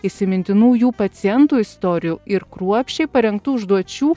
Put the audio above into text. įsimintinų jų pacientų istorijų ir kruopščiai parengtų užduočių